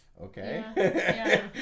okay